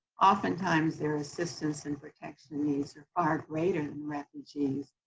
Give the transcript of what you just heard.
oftentimes, their assistance and protection needs are far greater than refugees.